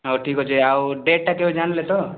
ହଉ ଠିକ୍ ଅଛି ଆଉ ଡେଟ୍ଟା କେବେ ଜାଣିଲେ ତ